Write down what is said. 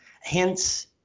Hence